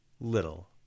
little